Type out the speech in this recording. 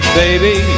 baby